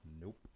nope